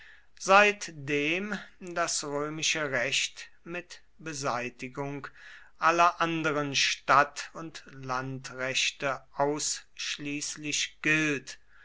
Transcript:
seitdem das römische recht mit beseitigung aller anderen stadt und landrechte ausschließlich gilt